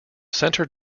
centre